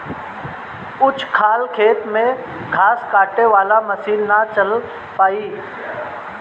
ऊंच खाल खेत में घास काटे वाला मशीन ना चल पाई